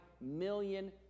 million